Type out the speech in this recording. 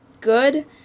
good